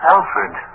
Alfred